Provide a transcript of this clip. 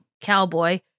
cowboy